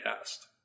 cast